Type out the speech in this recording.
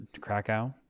Krakow